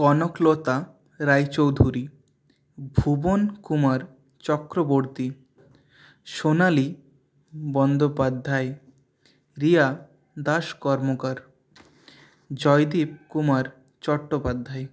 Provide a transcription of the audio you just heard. Kanaklata Roy Chowdhury Bhuban Kumar Chakraborty Sonali Bandopadhyay Riya Das Karmakar Joydeep Kumar Chattopadhyay